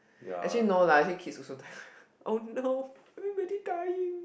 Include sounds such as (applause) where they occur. actually no lah actually kids also dying (breath) oh no everybody dying